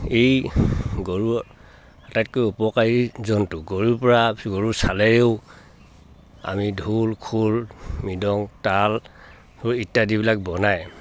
এই গৰুৰ আটাইতকৈ উপকাৰী জন্তু গৰুৰ পৰা গৰুৰ চালেৰেও আমি ঢোল খোল মৃদং তাল ইত্যাদি বিলাক বনাই